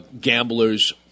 gamblers